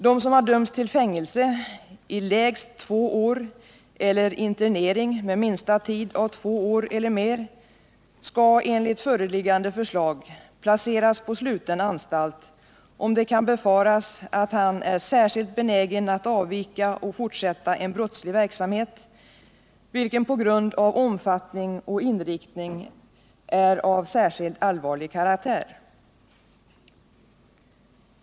De som dömts till fängelse i lägst två år eller internering med en minsta tid av två år skall enligt gällande lag placeras i sluten anstalt om det ”kan befaras att han är särskilt benägen att avvika och fortsätta en brottslig verksamhet, vilken på grund av omfattning och inriktning är av särskilt allvarlig karaktär”.